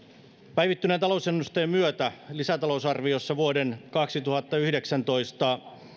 päivittyneen talousennusteen myötä lisätalousarviossa vuoden kaksituhattayhdeksäntoista